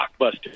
Blockbuster